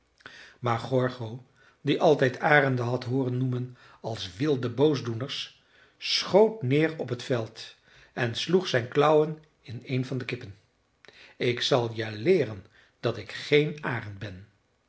maar gorgo die altijd arenden had hooren noemen als wilde boosdoeners schoot neer op t veld en sloeg zijn klauwen in een van de kippen ik zal je leeren dat ik geen arend ben